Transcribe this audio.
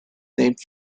named